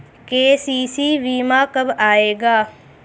KCC बीमा कब आएगा?